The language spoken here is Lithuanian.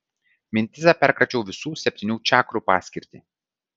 mintyse perkračiau visų septynių čakrų paskirtį